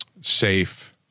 safe